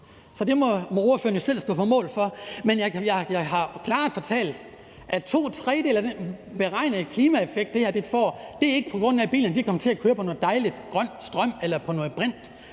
Så det må ordføreren jo selv stå på mål for. Men jeg har klart fortalt, at to tredjedele af den beregnede klimaeffekt, det her får, ikke kommer, på grund af at bilerne kommer til at køre på noget dejligt grøn strøm eller på noget brint,